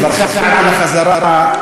חבר הכנסת סעדי, מברכים על החזרה של היושב-ראש.